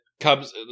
comes